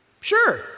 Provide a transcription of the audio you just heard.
Sure